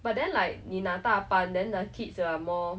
but then like 你拿大班 then the kids they are more